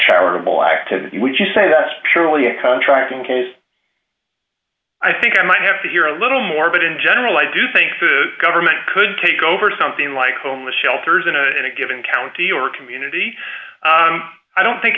charitable activity would you say that's purely a contract in case i think i might have to hear a little more but in general i do think the government could take over something like homeless shelters in a given county or community i don't think